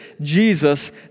Jesus